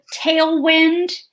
tailwind